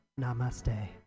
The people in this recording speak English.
Namaste